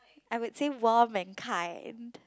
I would say warm and kind